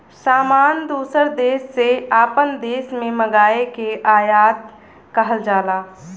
सामान दूसर देस से आपन देश मे मंगाए के आयात कहल जाला